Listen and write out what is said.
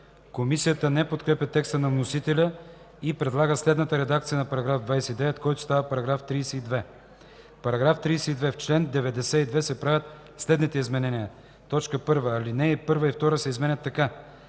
Комисията не подкрепя текста на вносителя и предлага следната редакция на § 29, който става § 32: „§ 32. В чл. 92 се правят следните изменения: 1. Алинеи 1 и 2 се изменят така: